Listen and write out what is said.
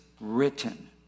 written